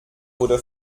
wurde